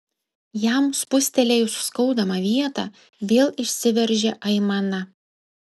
jam spustelėjus skaudamą vietą vėl išsiveržė aimana